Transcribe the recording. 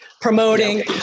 promoting